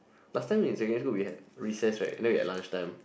last time in secondary we had recess right then we had lunch time